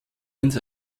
ins